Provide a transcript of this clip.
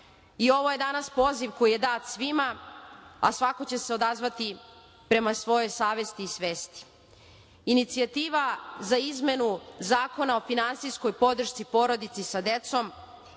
Ovo je danas poziv koji je dan svima, a svako će se odazvati prema svojoj savesti i svesti. Inicijativa za izmenu Zakona o finansijskoj podršci porodici sa decom